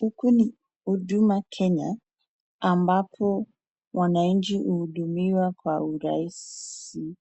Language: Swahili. Huku ni huduma Kenya, ambapo wananchi hu hudumiwa kwa urahisi